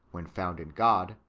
when found in god,